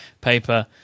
paper